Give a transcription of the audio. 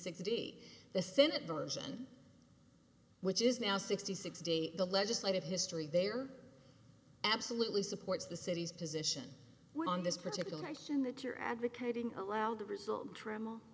sixty the senate version which is now sixty six days the legislative history there absolutely supports the city's position on this particular action that you're advocating allow the result tr